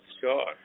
sure